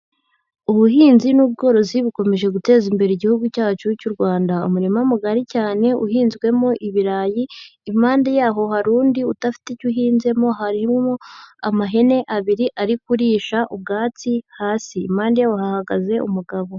Ubuhinzi n'ubworozi bukomeje guteza imbere igihugu cyacu cy'u Rwanda. Umurima mugari cyane uhinzwemo ibirayi, impande yaho hari undi udafite icyo uhinzemo, harimo amahene abiri ari kurisha ubwatsi hasi, impande yawo hahagaze umugabo.